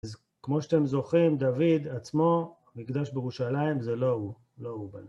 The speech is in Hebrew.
אז כמו שאתם זוכרים, דוד עצמו, המקדש בירושלים, זה לא הוא, לא הוא בנה.